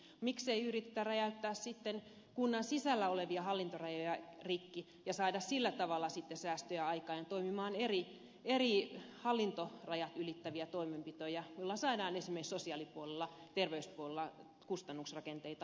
miksi ei yritetä räjäyttää sitten kunnan sisällä olevia hallintorajoja rikki ja saada sillä tavalla säästöjä aikaan ja tehdä eri hallinnonalojen rajat ylittäviä toimenpiteitä joilla saadaan esimerkiksi sosiaalipuolella terveyspuolella kustannusrakenteita helpommiksi